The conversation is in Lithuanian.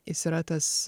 jis yra tas